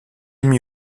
mis